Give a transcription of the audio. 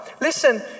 Listen